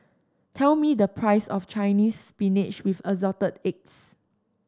tell me the price of Chinese Spinach with Assorted Eggs